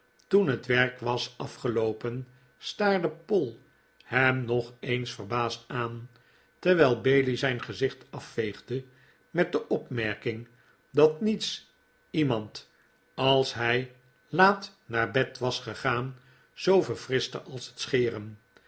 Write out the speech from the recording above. toen het werk was afgeloopen staarde poll hem nog eens verbaasd aan terwijl bailey zijn gezicht afveegde met de opmerking dat niets iemand als hij laat naar bed was gegaan zoo verfrischte als het scheren